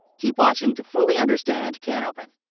keep watching to fully understand canopen.